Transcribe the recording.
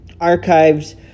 archives